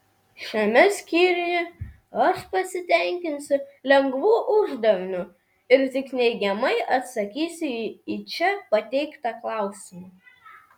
šiame skyriuje aš pasitenkinsiu lengvu uždaviniu ir tik neigiamai atsakysiu į čia pateiktą klausimą